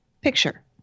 picture